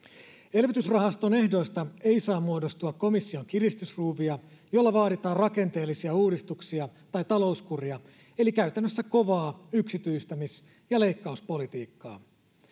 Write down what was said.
elvytysrahaston ehdoista ei saa muodostua komission kiristysruuvia jolla vaaditaan rakenteellisia uudistuksia tai talouskuria eli käytännössä kovaa yksityistämis ja leikkauspolitiikkaa